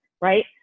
Right